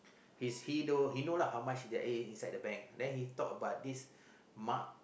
is he know he know lah how much there is in the bank then he talk about this Mark